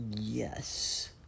Yes